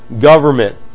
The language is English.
government